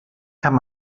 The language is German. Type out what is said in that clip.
kann